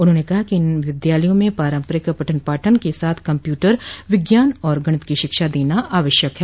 उन्होंने कहा कि इन विद्यालयों में पारम्परिक पठन पाठन के साथ कम्प्यूटर विज्ञान और गणित की शिक्षा देना आवश्यक है